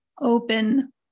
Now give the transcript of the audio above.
open